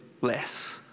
less